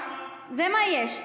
אז זה מה שיש.